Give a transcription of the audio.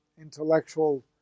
intellectual